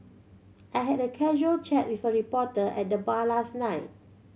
I had a casual chat reporter at the bar last night